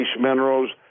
minerals